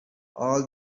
all